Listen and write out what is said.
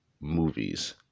movies